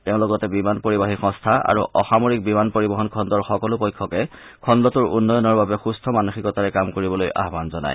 তেওঁ লগতে বিমান পৰিবাহী সংস্থা আৰু অসামৰিক বিমান পৰিবহণ খণ্ডৰ সকলো পক্ষকে খণ্ডটোৰ উন্নয়নৰ বাবে সুস্থ মানসিকতাৰে কাম কৰিবলৈ আহান জনায়